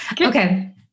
Okay